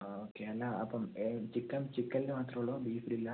okay അല്ല അപ്പം chicken ചിക്കനിൽ മാത്രമേ ഉള്ളൂ ബീഫിൽ ഇല്ലേ